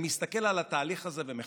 אני מסתכל על התהליך הזה ומחייך.